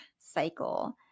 cycle